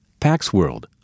PaxWorld